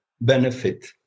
benefit